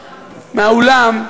מהאולם,